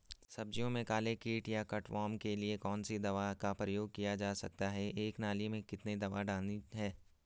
सब्जियों में काले कीड़े या कट वार्म के लिए कौन सी दवा का प्रयोग किया जा सकता है एक नाली में कितनी दवा डालनी है?